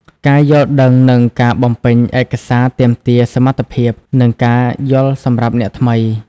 ការយល់ដឹងនិងការបំពេញឯកសារទាមទារសមត្ថភាព និងការយល់សម្រាប់អ្នកថ្មី។